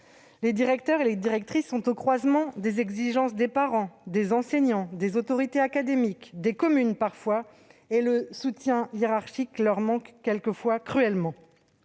Les directeurs et les directrices sont au croisement des exigences des parents, des enseignants, des autorités académiques et parfois des communes ; et le soutien hiérarchique leur manque quelquefois cruellement.